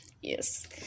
Yes